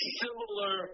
similar